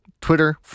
Twitter